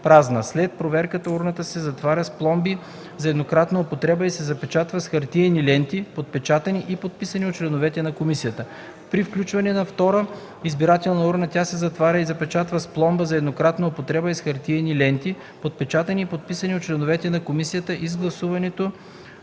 празна. След проверката урната се затваря с пломби за еднократна употреба и се запечатва с хартиени ленти, подпечатани и подписани от членовете на комисията. При включване на втора избирателна урна тя се затваря и запечатва с пломби за еднократна употреба и с хартиени ленти, подпечатани и подписани от членовете на комисията, и гласуването